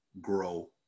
grow